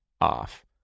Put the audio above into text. off